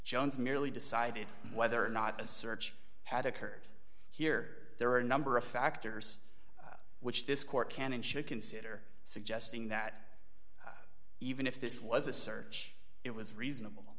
jones merely decided whether or not a search had occurred here there are a number of factors which this court can and should consider suggesting that even if this was a search it was reasonable